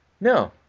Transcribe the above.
No